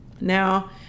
now